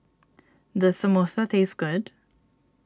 does Samosa taste good